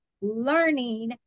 learning